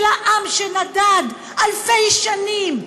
של העם שנדד אלפי שנים,